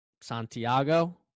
Santiago